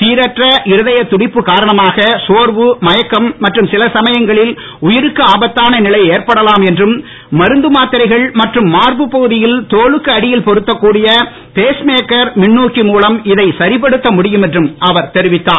சீரற்ற இருதயத் துடிப்பு காரணமாக சோர்வு மயக்கம் மற்றும் சில சமயங்களில் உயிருக்கு ஆபத்தான நிலை ஏற்படலாம் என்றும் மருந்து மாத்திரைகள் மற்றும் மார்புப் பகுதியில் தோலுக்கு அடியில் பொருத்தக்கூடிய பேஸ்மேக்கர் மின்னூக்கி மூலம் இதை சரிப்படுத்த முடியும் என்றும் அவர் தெரிவித்துள்ளார்